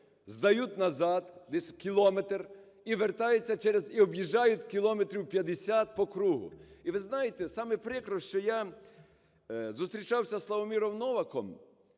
вертаються через… і об'їжджають кілометрів 50 по кругу. І, ви знаєте, саме прикре, що я зустрічався з Славоміром Новаком